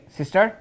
Sister